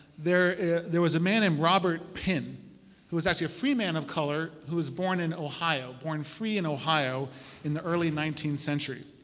there there was a man named robert pin who was actually a free man of color who was born in oho, born free in ohio in the early nineteenth century.